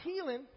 healing